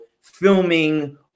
filming